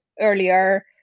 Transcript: earlier